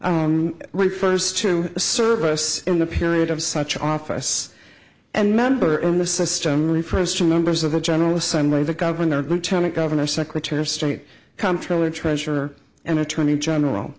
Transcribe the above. first to service in the period of such office and member in the system refers to members of the general assembly the governor lieutenant governor secretary of state comptroller treasurer and attorney general